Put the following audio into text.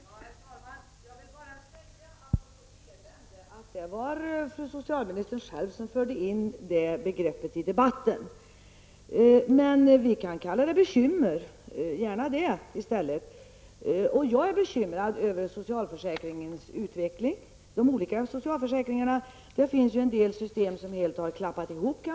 Herr talman! Jag vill bara säga apropå talet om elände att det var fru socialministern själv som förde in det begreppet i debatten. Men vi kan gärna kalla det bekymmer i stället, och jag är bekymrad över de olika socialförsäkringarnas utveckling. En del system har helt klappat ihop.